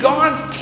God's